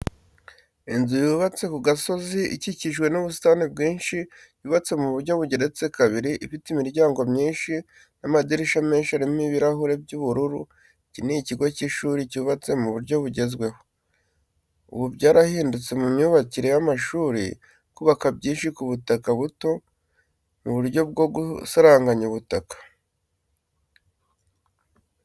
Inzu yubatse ku gasozi ikikijwe n'ubusitani bwinshi yubatse mu buryo bugeretse kabiri, ifite imiryango myinshi n'amadirishya menshi arimo ibirahure by'ubururu, iki ni ikigo cy'ishuri cyubatse mu buryo bugezweho. Ubu byarahindutse mu myubakire y'amashuri, kubaka byinshi ku butaka buto mu buryo bwo gusaranganya ubutaka.